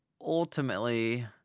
ultimately